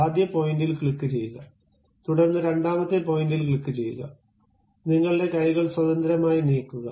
ആദ്യ പോയിന്റിൽ ക്ലിക്കുചെയ്യുക തുടർന്ന് രണ്ടാമത്തെ പോയിന്റിൽ ക്ലിക്കുചെയ്യുക നിങ്ങളുടെ കൈകൾ സ്വതന്ത്രമായി നീക്കുക